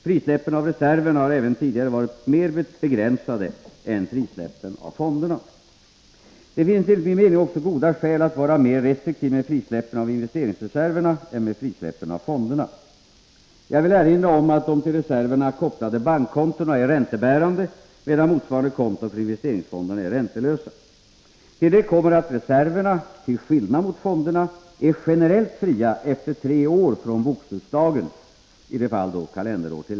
Frisläppen av reserverna har även tidigare varit mer begränsade än frisläppen av fonderna. Det finns enligt min mening också goda skäl att vara mer restriktiv med frisläppen av investeringsreserverna än med frisläppen av fonderna. Jag vill erinra om att de till reserverna kopplade bankkontona är räntebärande, medan motsvarande konton för investeringsfonderna är räntelösa. Till detta kommer att reserverna — till skillnad mot fonderna — är generellt fria efter tre år från bokslutsdagen .